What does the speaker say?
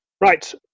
Right